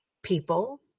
people